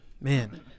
man